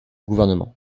gouvernement